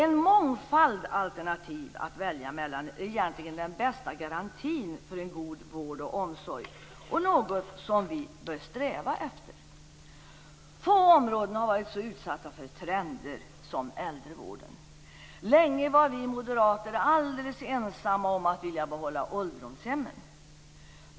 En mångfald alternativ att välja mellan är egentligen den bästa garantin för en god vård och omsorg. Det är något som vi bör sträva efter. Få områden har varit så utsatta för trender som äldrevården. Länge var vi moderater alldeles ensamma om att vilja behålla ålderdomshemmen.